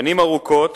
שנים ארוכות